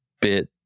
bit